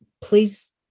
please